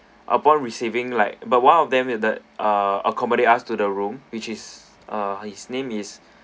upon receiving like but one of them with the uh accommodate us to the room which is uh his name is